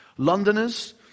Londoners